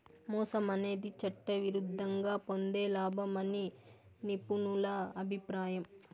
మోసం అనేది చట్టవిరుద్ధంగా పొందే లాభం అని నిపుణుల అభిప్రాయం